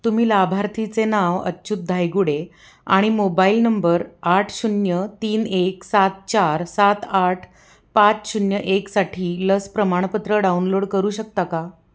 तुम्ही लाभार्थीचे नाव अच्युत धायगुडे आणि मोबाईल नंबर आठ शून्य तीन एक सात चार सात आठ पाच शून्य एकसाठी लस प्रमाणपत्र डाउनलोड करू शकता का